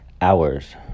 hours